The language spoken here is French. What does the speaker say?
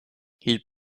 ils